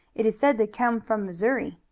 it is said they came from missouri.